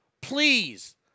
please